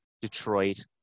Detroit